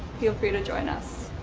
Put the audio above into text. feel free to join us.